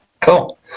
cool